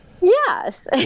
yes